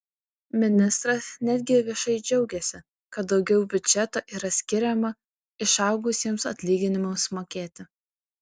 ministras netgi viešai džiaugėsi kad daugiau biudžeto yra skiriama išaugusiems atlyginimams mokėti